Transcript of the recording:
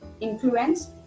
influence